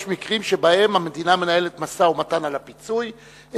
יש מקרים שבהם המדינה מנהלת משא-ומתן על הפיצוי,